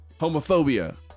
Homophobia